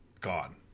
gone